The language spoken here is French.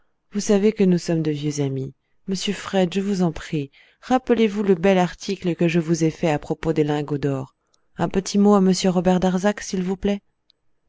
vous savez que nous sommes de vieux amis monsieur fred je vous en prie rappelez-vous le bel article que je vous ai fait à propos des lingots d'or un petit mot à m robert darzac s'il vous plaît